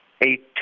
eight